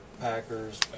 Packers